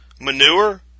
manure